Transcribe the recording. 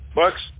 bucks